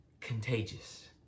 contagious